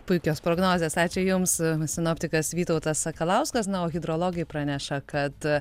puikios prognozės ačiū jums sinoptikas vytautas sakalauskas na o hidrologai praneša kad